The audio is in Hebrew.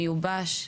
מיובש,